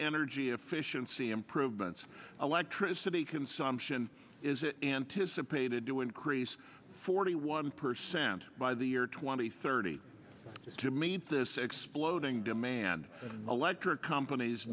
energy efficiency improvements electricity consumption is it anticipated to increase forty one percent by the year twenty thirty to meet this exploding demand electric companies